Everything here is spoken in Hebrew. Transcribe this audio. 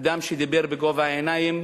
אדם שדיבר בגובה העיניים,